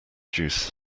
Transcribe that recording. juice